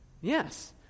Yes